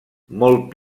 molt